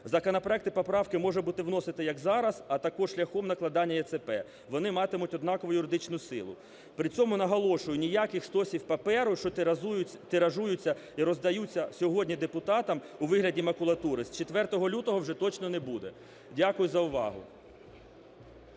Законопроекти і поправки можна буде вносити, як зараз, а також шляхом накладання ЄЦП, вони матимуть однакову юридичну силу. При цьому наголошую, ніяких стосів паперу, що тиражуються і роздаються сьогодні депутатам у вигляді макулатури, з 4 лютого вже точно не буде. Дякую за увагу.